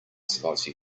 spicy